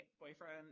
boyfriend